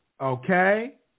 Okay